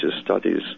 studies